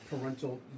Parental